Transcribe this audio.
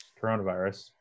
coronavirus